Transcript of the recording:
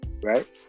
right